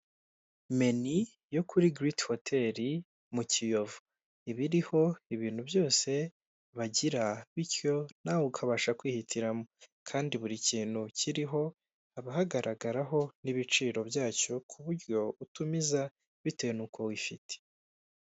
Meni yo kuri giriti hoteli, mu kiyovu. Iba iriho ibintu byose, bagira bityo nawe ukabasha kwihitiramo. Kandi buri kintu kiriho, haba hagaragaraho n'ibiciro byacyo ku buryo utumiza bitewe nuko wifite.